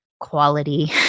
Quality